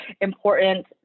important